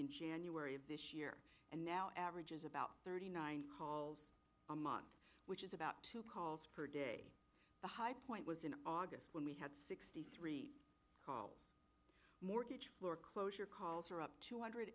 in january of this year and now averages about thirty nine calls a month which is about two calls per day the high point was in august when we had sixty three calls mortgage floor closure calls two hundred